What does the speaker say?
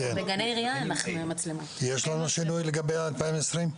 יש שינוי לגבי 2020?